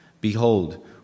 Behold